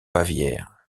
bavière